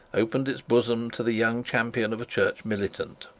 opened its bosom to the young champion of a church militant.